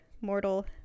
mortal